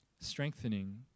strengthening